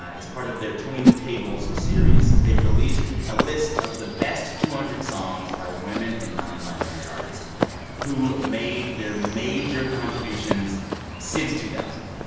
ah it's part of their turning the tables series. they've released a list of the best two hundred songs by women and nonbinary artists who made their major contributions since two thousand.